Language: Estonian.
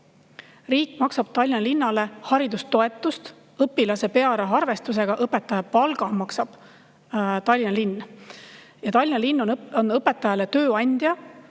Riik maksab Tallinna linnale haridustoetust õpilase pearaha arvestusega, õpetaja palga maksab Tallinna linn. Tallinna linn on õpetajale tööandja,